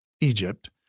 Egypt